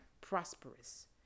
prosperous